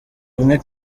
umwe